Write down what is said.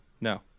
No